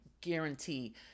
guarantee